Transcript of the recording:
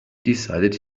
decided